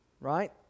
right